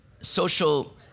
social